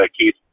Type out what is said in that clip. Keith